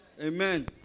Amen